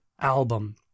album